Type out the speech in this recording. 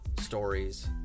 stories